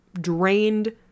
drained